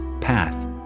path